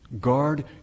Guard